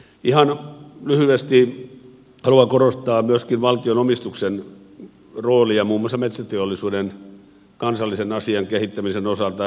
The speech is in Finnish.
ihan lyhyesti haluan korostaa myöskin valtionomistuksen roolia muun muassa metsäteollisuuden kansallisen asian kehittämisen osalta